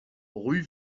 rue